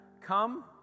come